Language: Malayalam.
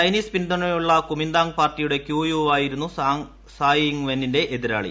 ചൈനീസ് പിന്തുണയുള്ള കുമിന്താങ് പാർട്ടിയുടെ ക്യൂ യു വായിരുന്നു സായ് ഇങ് വെന്നിന്റെ എതിരാളി